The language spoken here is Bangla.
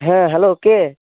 হ্যাঁ হ্যালো কে